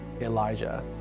Elijah